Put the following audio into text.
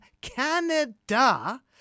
Canada